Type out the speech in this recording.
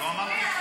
לא אמרתי את זה.